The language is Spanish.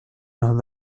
nos